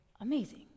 amazing